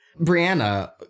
Brianna